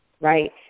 right